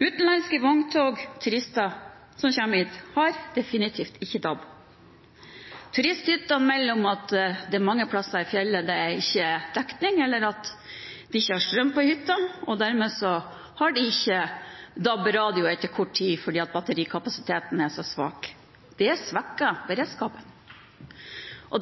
Utenlandske vogntog og turister som kommer hit, har definitivt ikke DAB. Turisthyttene melder om at det er mange steder i fjellet det ikke er dekning, eller at det ikke er strøm på hytta, og dermed har de ikke DAB-radio etter kort tid, fordi batterikapasiteten er så svak. Det svekker beredskapen.